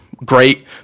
great